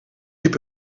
liep